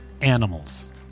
animals